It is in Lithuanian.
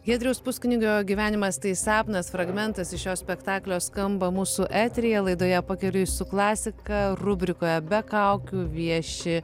giedriaus puskunigio gyvenimas tai sapnas fragmentas iš jo spektaklio skamba mūsų eteryje laidoje pakeliui su klasika rubrikoje be kaukių vieši